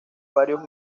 varios